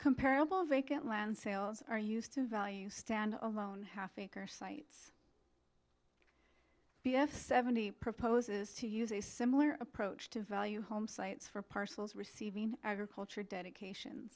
comparable vacant land sales are used to value stand alone half acre sites b f seventy proposes to use a similar approach to value home sites for parcels receiving agriculture dedication